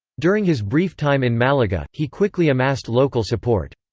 during his brief time in malaga, he quickly amassed local support.